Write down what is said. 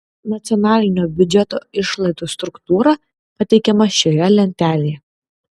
nacionalinio biudžeto išlaidų struktūra pateikiama šioje lentelėje